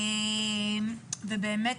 ובאמת,